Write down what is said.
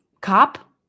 Cop